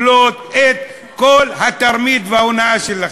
לקלוט את כל התרמית וההונאה שלכם.